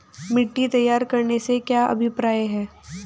मिट्टी तैयार करने से क्या अभिप्राय है?